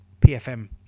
PFM